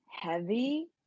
heavy